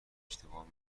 اشتباه